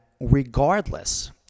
regardless